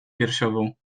piersiową